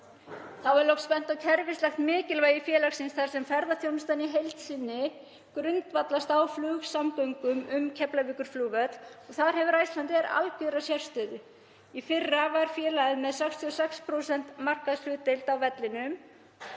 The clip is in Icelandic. er bent á kerfislegt mikilvægi félagsins þar sem ferðaþjónustan í heild sinni grundvallast á flugsamgöngum um Keflavíkurflugvöll og þar hefur Icelandair algera sérstöðu. Í fyrra var félagið með 66% markaðshlutdeild á vellinum,